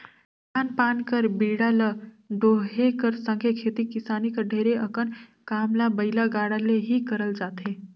धान पान कर बीड़ा ल डोहे कर संघे खेती किसानी कर ढेरे अकन काम ल बइला गाड़ा ले ही करल जाथे